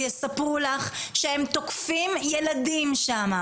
-- ויספרו לך שהם תוקפים ילדים שם.